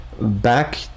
Back